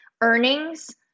earnings